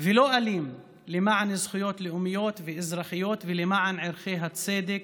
ולא אלים למען זכויות לאומיות ואזרחיות ולמען ערכי הצדק,